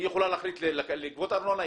היא יכולה להחליט לגבות ארנונה,